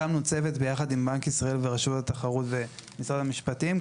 הקמנו צוות ביחד עם בנק ישראל ורשות התחרות ומשרד המשפטים,